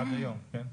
עד היום, כן?